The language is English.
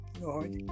Lord